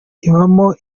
ibamo